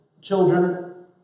children